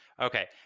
Okay